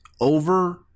over